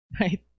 right